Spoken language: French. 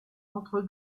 entre